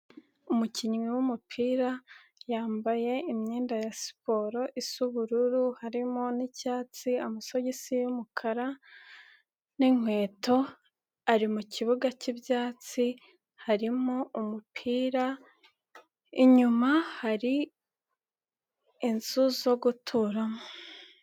Umukinnyi w'umupira, yambaye imyenda ya siporo, isa ubururu, harimo n,icyatsi, amasogisi y'umukara n'inkweto, ari mu kibuga cy'ibyatsi, harimo umupira, inyuma hari inzu zo guturamo.